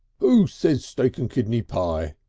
who says steak and kidney pie?